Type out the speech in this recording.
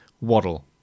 Waddle